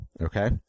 Okay